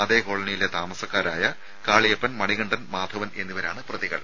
അതേ കോളനിയിലെ താമസിക്കാരായ കാളിയപ്പൻ മണികണ്ഠൻ മാധവൻ എന്നിവരാണ് പ്രതികൾ